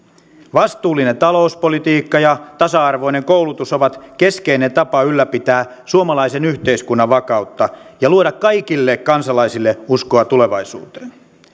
vastuullinen talouspolitiikka ja tasa arvoinen koulutus ovat keskeinen tapa ylläpitää suomalaisen yhteiskunnan vakautta ja luoda kaikille kansalaisille uskoa tulevaisuuteen